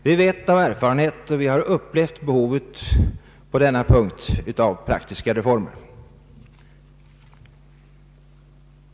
Vi har i flera år i vårt vardagsarbete upplevt behovet av praktiska reformer på denna punkt.